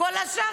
כל השאר,